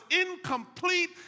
incomplete